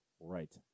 Right